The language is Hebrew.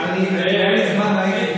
"אזרחות" זה אזרחות של יהודים,